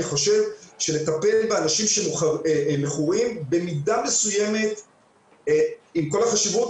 אני חושב שלטפל באנשים מכורים במידה מסוימת עם כל החשיבות,